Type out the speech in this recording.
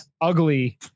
ugly